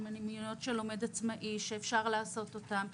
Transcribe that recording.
של מיומנויות של לומד עצמאי שאפשר לעשות אותן.